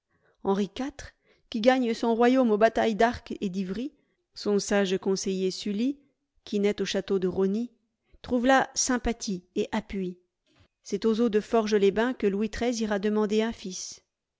henri iv qui gagne son royaume aux batailles d'arqués et d'ivry son sage conseiller sully qui naît au château de rosny trouvent là sympathie et appui c'est aux eaux de forgesles bains que louis xhi ira demander un fils